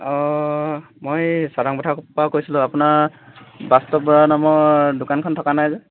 অঁ মই চাওদাং পথাৰৰ পৰা কৈছিলোঁ আপোনাৰ বাস্তৱ বৰা নামৰ দোকানখন থকা নাই যে